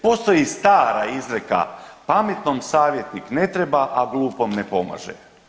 Postoji stara izreka pametnom savjetnom ne treba, a glupom ne pomaže.